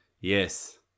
Yes